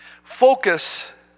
Focus